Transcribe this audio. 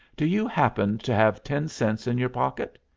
do you happen to have ten cents in your pocket?